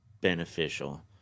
beneficial